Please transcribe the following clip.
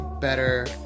better